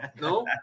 no